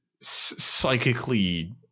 psychically –